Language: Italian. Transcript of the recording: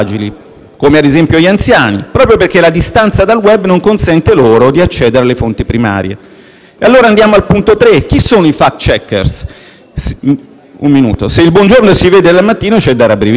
dobbiamo chiederci chi sono i *fact checker.* Se il buongiorno si vede dal mattino c'è da rabbrividire. Basta pensare a chi c'è nel comitato di alto livello dell'Unione europea per la lotta alla disinformazione: